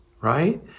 right